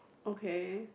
okay